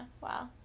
Wow